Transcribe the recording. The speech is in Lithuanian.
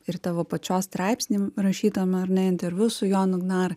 ir tavo pačios straipsny rašytame ar ne interviu su jonu gnar